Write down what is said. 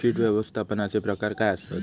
कीड व्यवस्थापनाचे प्रकार काय आसत?